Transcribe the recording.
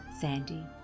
Sandy